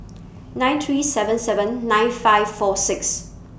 nine three seven seven nine five four six